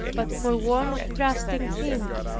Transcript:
but for want of trusting him.